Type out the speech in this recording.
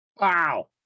Wow